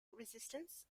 resistance